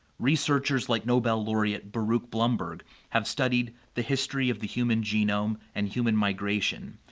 researchers like nobel laureate baruch blumberg have studied the history of the human genome and human migration,